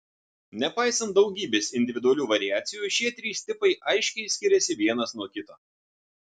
nepaisant daugybės individualių variacijų šie trys tipai aiškiai skiriasi vienas nuo kito